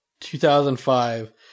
2005